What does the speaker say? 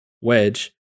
Wedge